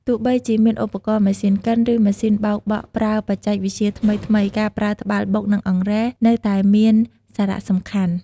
ទោះបីជាមានឧបករណ៍ម៉ាស៊ីនកិន ឬម៉ាស៊ីនបោកបក់ប្រើបច្ចេកវិទ្យាថ្មីៗ ការប្រើត្បាល់បុក និងអង្រែ នៅតែមានសារៈសំខាន់។